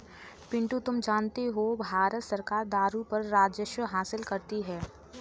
पिंटू तुम जानते हो भारत सरकार दारू पर राजस्व हासिल करती है